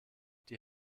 die